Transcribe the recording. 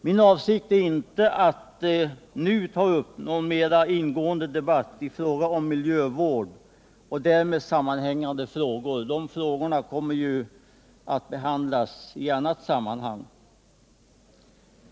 Min avsikt är inte att nu ta upp någon mer ingående debatt i fråga om miljövården och därmed sammanhängande frågor. De frågorna kommer ju att behandlas i annat sammanhang.